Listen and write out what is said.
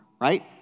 Right